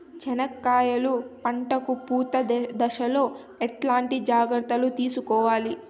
చెనక్కాయలు పంట కు పూత దశలో ఎట్లాంటి జాగ్రత్తలు తీసుకోవాలి?